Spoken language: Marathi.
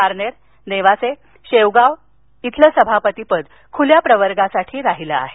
पारनेर नेवासा शेवगाव सभापतीपद खुल्या प्रवर्गासाठी राहिले आहे